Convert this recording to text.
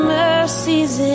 mercies